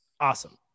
Awesome